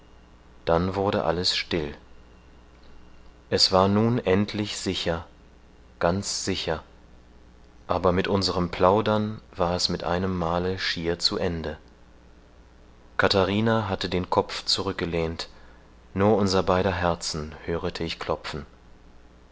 dann wurde alles still es war nun endlich sicher ganz sicher aber mit unserem plaudern war es mit einem male schier zu ende katharina hatte den kopf zurückgelehnt nur unser beider herzen hörete ich klopfen